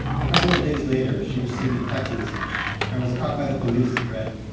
a couple of days later, she received a text message i was caught by the police, it read.